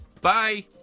Bye